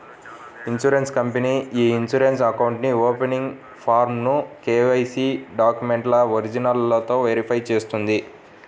insurance company ఇ insurance account opening ఫారమ్ను KYC డాక్యుమెంట్ల ఒరిజినల్లతో వెరిఫై చేస్తుంది